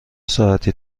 ساعتی